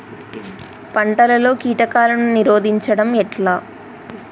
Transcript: పంటలలో కీటకాలను నిరోధించడం ఎట్లా?